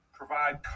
provide